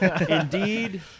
Indeed